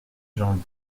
genlis